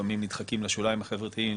לפעמים נדחקים לשוליים החברתיים,